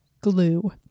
glue